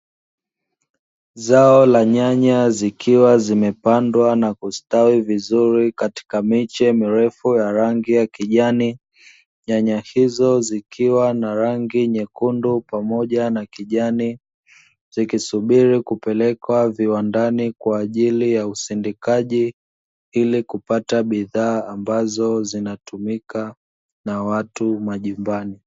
Zao la nyanya zikiwa zimepandwa na kustawi vizuri katika miche mirefu ya rangi ya kijani, nyanya hizo zikiwa na rangi nyekundu pamoja na kijani zikisubiri kupelekwa viwandani kwa ajili ya usindikaji ili kupata bidhaa ambazo zinatumika na watu majumbani.